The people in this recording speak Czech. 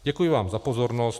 Děkuji vám za pozornost.